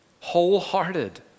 wholehearted